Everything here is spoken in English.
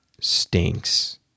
stinks